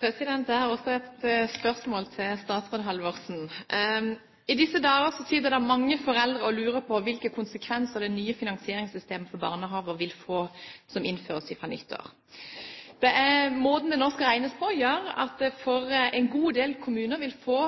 Jeg har et spørsmål til statsråd Halvorsen. I disse dager sitter det mange foreldre og lurer på hvilke konsekvenser det nye finansieringssystemet for barnehager, som innføres fra nyttår, vil få. Måten det nå skal regnes på, vil for en god del kommuner få